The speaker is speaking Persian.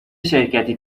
شرکتی